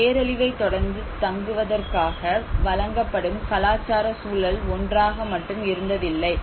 ஒரு பேரழிவைத் தொடர்ந்து தங்குவதற்காக வழங்கப்படும் கலாச்சார சூழல் ஒன்றாக மட்டும் இருந்ததில்லை